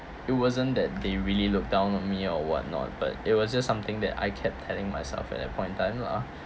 it wasn't that they really look down on me or whatnot but it was just something that I kept telling myself at that point of time lah